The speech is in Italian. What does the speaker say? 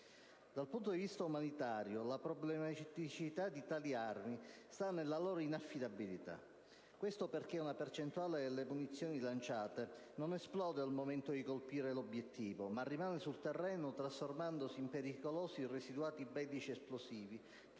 Dal punto di vista umanitario, la problematicità di tali armi sta nella loro inaffidabilità: ciò, perché una percentuale delle munizioni lanciate non esplode al momento di colpire l'obiettivo, ma rimane sul terreno, trasformandosi in pericolosi residuati bellici esplosivi, che